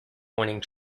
pointing